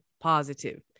positive